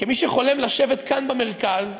כמי שחולם לשבת כאן במרכז,